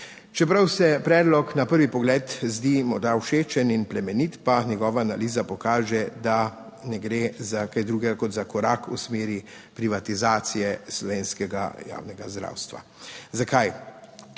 Čeprav se predlog na prvi pogled zdi morda všečen in plemenit, pa njegova analiza pokaže, da ne gre za kaj drugega kot za korak v smeri privatizacije slovenskega javnega zdravstva. Zakaj?